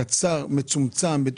קצר ומצומצם, לא של 30 יום או של 40 יום.